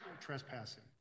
trespassing